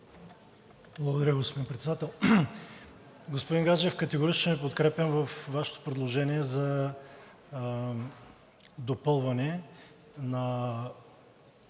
Благодаря, господин Председател. Господин Гаджев, категорично Ви подкрепям във Вашето предложение за допълване на